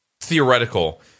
theoretical